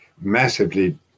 massively